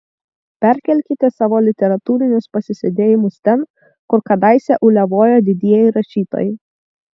perkelkite savo literatūrinius pasisėdėjimus ten kur kadaise uliavojo didieji rašytojai